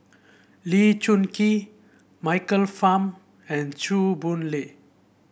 Lee Choon Kee Michael Fam and Chew Boon Lay